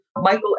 Michael